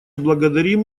благодарим